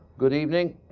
good evening.